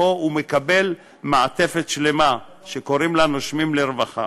ופה הוא מקבל מעטפת שלמה שקוראים לה "נושמים לרווחה".